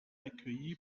accueilli